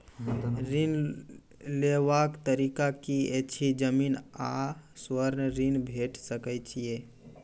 ऋण लेवाक तरीका की ऐछि? जमीन आ स्वर्ण ऋण भेट सकै ये?